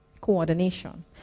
Coordination